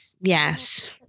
Yes